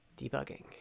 Debugging